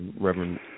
Reverend